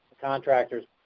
contractor's